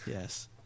Yes